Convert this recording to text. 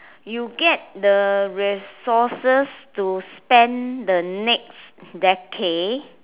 you get the resources to spend the next decade